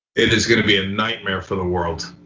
it is gonna be a nightmare for the world.